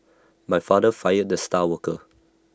my father fired the star worker